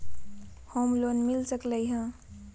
Home loan मिल सकलइ ह?